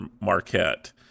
Marquette